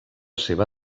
seva